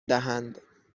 دهند